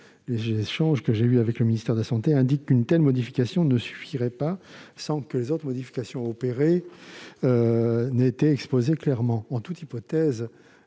les échanges que j'ai eus avec le ministère des solidarités et de la santé indiquent qu'une telle disposition ne suffirait pas, sans que les autres modifications opérées aient été exposées clairement. En toute hypothèse,